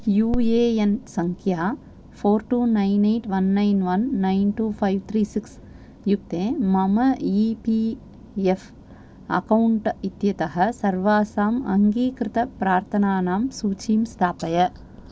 you A N सङ्ख्या four two nine eight one nine one two five three six युक्ते मम E P F account इत्यतः सर्वासाम् अङ्गीकृतप्रार्थनानां सूचीं स्थापय